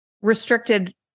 restricted